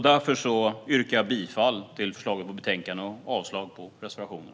Därför yrkar jag bifall till utskottets förslag i betänkandet och avslag på reservationerna.